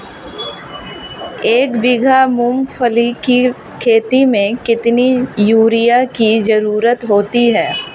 एक बीघा मूंगफली की खेती में कितनी यूरिया की ज़रुरत होती है?